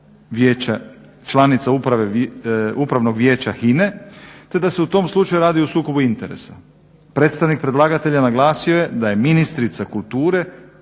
članice upravnog vijeća HINA-e te da se u tom slučaju radi o sukobu interesa. Predstavnik predlagatelja naglasio je da je ministrica kulture